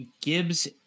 Gibbs